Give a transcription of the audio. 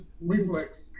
reflex